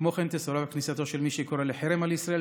כמו כן תסורב כניסתו של מי שקורא לחרם על ישראל,